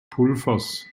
pulvers